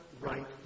right